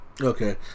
Okay